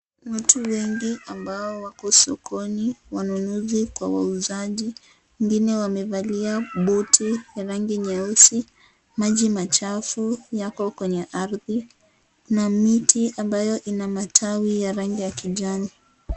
Watu wengi ambao wako sokoni, wanunuzi kwa wauzaji, wengine wamevalia booti ya rangi nyeusi, maji machafu yako kwenye ardhi na miti ambayo ina matawi ya rangi ya kijani.